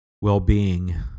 well-being